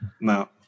No